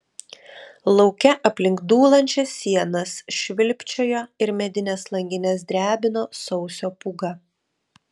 lauke aplink dūlančias sienas švilpčiojo ir medines langines drebino sausio pūga